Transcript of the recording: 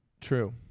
True